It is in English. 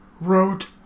wrote